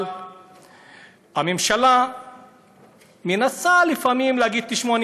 אבל הממשלה מנסה לפעמים להגיד: תשמעו,